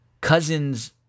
Cousins